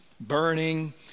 burning